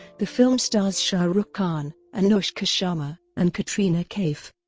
the film stars shah rukh khan, anushka sharma and katrina kaif.